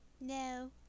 no